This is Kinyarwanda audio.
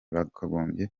bagombye